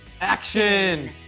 action